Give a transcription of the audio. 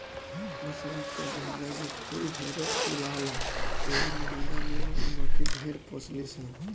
वसंत के महिना में फूल ढेरे फूल फुलाला एही महिना में मधुमक्खी ढेर पोसली सन